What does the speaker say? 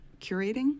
curating